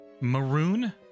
Maroon